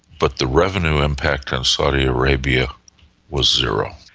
but the revenue impact on saudi arabia was zero.